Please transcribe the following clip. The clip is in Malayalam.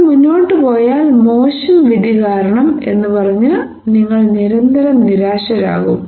നിങ്ങൾ മുന്നോട്ട് പോയാൽ മോശം വിധി കാരണം എന്ന് പറഞ്ഞു നിങൾ നിരന്തരം നിരാശരാകും